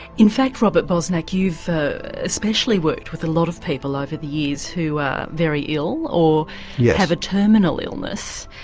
in fact, robert bosnak, you've especially worked with a lot of people over the years who are very ill, or yeah have a terminal illness,